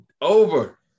over